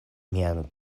mian